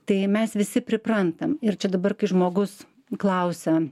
tai mes visi priprantam ir čia dabar kai žmogus klausia